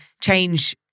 change